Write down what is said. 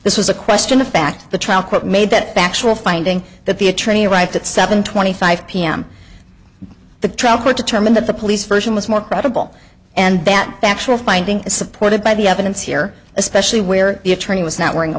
this was a question of fact the trial court made that factual finding that the attorney arrived at seven twenty five pm the trial court determined that the police version was more credible and that factual finding is supported by the evidence here especially where the attorney was not wearing a